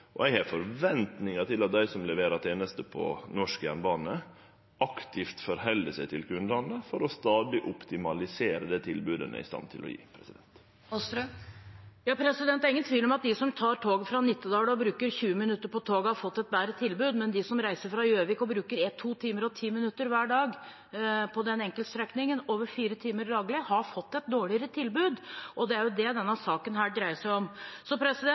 har eit kundeforhold. Eg har forventningar om at dei som leverer ei teneste til norsk jernbane, aktivt rettar seg mot kundane for stadig å optimalisere det tilbodet dei er i stand til å gje. Det er ingen tvil om at de som tar toget fra Nittedal og bruker 20 minutter på toget, har fått et bedre tilbud, men de som reiser fra Gjøvik og bruker to timer og ti minutter hver dag på den enkeltstrekningen – over fire timer daglig – har fått et dårligere tilbud. Det er det denne saken dreier seg om.